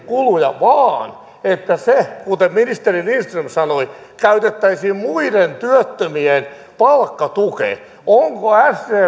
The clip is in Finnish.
kuluihin vaan että se kuten ministeri lindström sanoi käytettäisiin muiden työttömien palkkatukeen onko